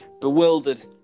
bewildered